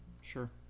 Sure